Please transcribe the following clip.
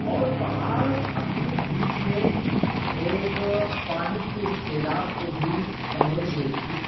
اور پہاڑ اپنے بیچ میں ایک پانی کے سیلاب کو بھی سموئے ہوئے تھی